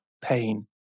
pain